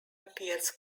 appears